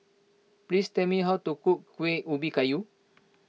please tell me how to cook Kueh Ubi Kayu